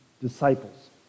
disciples